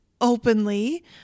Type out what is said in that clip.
openly